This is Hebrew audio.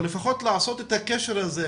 אבל לפחות לעשות את הקשר הזה,